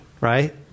right